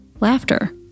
laughter